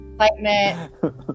excitement